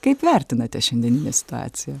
kaip vertinate šiandieninę situaciją